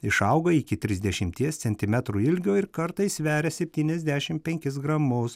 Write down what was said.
išauga iki trisdešimties centimetrų ilgio ir kartais sveria septyniasdešimt penkis gramus